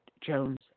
Jones